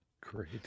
Great